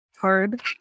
hard